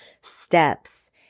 steps